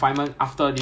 go in already